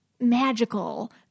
magical